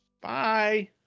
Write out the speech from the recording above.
bye